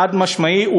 חד-משמעית.